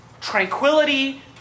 tranquility